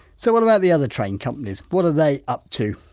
so what about the other train companies, what are they up too?